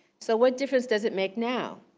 so what difference does it make now?